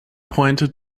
pointed